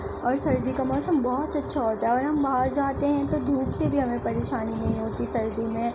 اور سردی کا موسم بہت اچھا ہوتا ہے اور ہم باہر جاتے ہیں تو دھوپ سے بھی ہمیں پریشانی نہیں ہوتی سردی میں